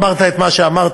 אמרת את מה שאמרת,